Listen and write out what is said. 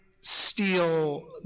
steal